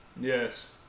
Yes